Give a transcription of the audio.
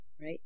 right